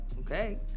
okay